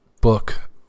book